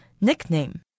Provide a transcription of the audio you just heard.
Nickname